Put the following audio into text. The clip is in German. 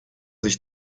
sich